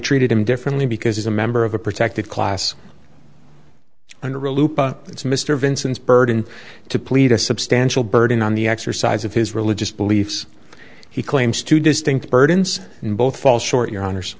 treated him differently because he's a member of a protected class and it's mr vincent's burden to plead a substantial burden on the exercise of his religious beliefs he claims two distinct burdens and both fall short your hono